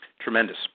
Tremendous